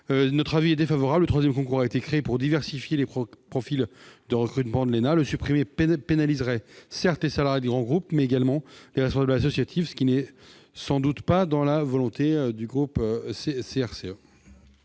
titre de ce concours. Le troisième concours a été créé pour diversifier les profils de recrutement de cette école. Le supprimer pénaliserait les salariés de grands groupes, mais également les responsables associatifs, ce qui n'est sans doute pas la volonté du groupe CRCE.